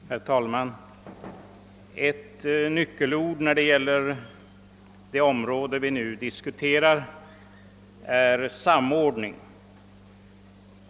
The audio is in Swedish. Herr talman! Ett nyckelord när det gäller det område vi nu diskuterar är samordning.